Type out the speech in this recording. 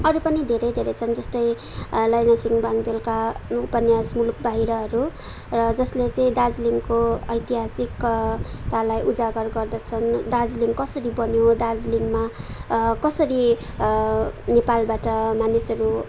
अरू पनि धेरै धेरै छन् जस्तै लैनसिङ बाङदेलका उपन्यास मुलुक बाहिरहरू र जसले चाहिँ दार्जिलिङको ऐतिहासिकतालाई उजागर गर्दछन् दार्जिलिङ कसरी बनियो दार्जिलिङमा कसरी नेपालबाट मानिसहरू